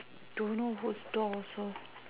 don't know whose door also